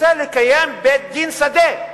רוצה לקיים בית-דין שדה.